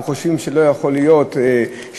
אנחנו חושבים שלא יכול להיות ששירות